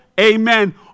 Amen